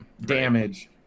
damage